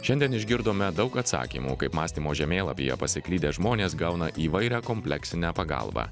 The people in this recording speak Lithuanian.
šiandien išgirdome daug atsakymų kaip mąstymo žemėlapyje pasiklydę žmonės gauna įvairią kompleksinę pagalbą